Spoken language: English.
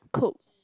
cook